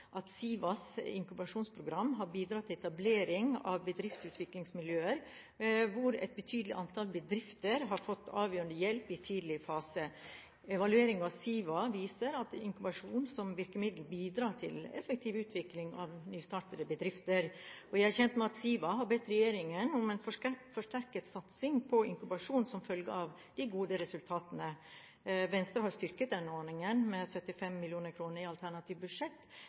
at SIVAs inkubasjonsprogram har bidratt til etablering av bedriftsutviklingsmiljøer hvor et betydelig antall bedrifter har fått avgjørende hjelp i tidlig fase. Evalueringen av SIVA viser at inkubasjon som virkemiddel bidrar til effektiv utvikling av nystartede bedrifter. Jeg er kjent med at SIVA har bedt regjeringen om en forsterket satsing på inkubasjon som følge av de gode resultatene. Venstre har styrket denne ordningen med 75 mill. kr i sitt alternative budsjett.